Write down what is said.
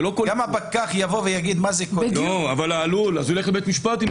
ואם מישהו קיבל דוח שלא כדין הוא ילך לבית משפט.